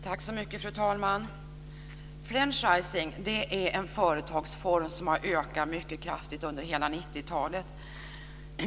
Fru talman! Franchising är en företagsform som har ökat mycket kraftigt under hela 90-talet.